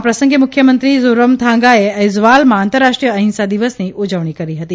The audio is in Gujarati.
આ પ્રસંગે મુખ્યમંત્રી જોરમ થાંગાએ ઐઝવાલમાં આંતરરાષ્ટ્રીય અહિંસા દીવસની ઉજવણી કરી હતી